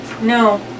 No